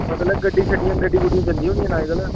मतलब गड्डी शड्डियां गड्डी गुड्डियां जंदी होनियां न अजकल